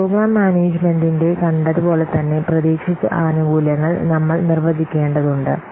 programme മാനേജ്മെന്റിനെ കണ്ടതുപോലെ തന്നെ പ്രതീക്ഷിച്ച ആനുകൂല്യങ്ങൾ നമ്മൾ നിർവചിക്കേണ്ടതുണ്ട്